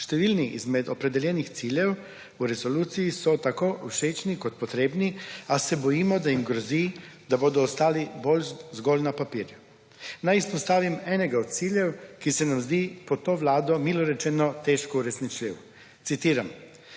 Številni izmed opredeljenih ciljev v resoluciji so tako všečni kot potrebni a se bojimo, da jim grozi, da bodo ostali bolj zgolj na papirju. Naj izpostavim enega od ciljev, ki se nam zdi pod to Vlado milo rečeno težko uresničljiv. Citiram: